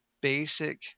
basic